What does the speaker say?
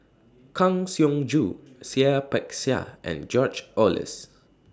Kang Siong Joo Seah Peck Seah and George Oehlers